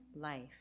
life